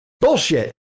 Bullshit